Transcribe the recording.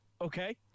Okay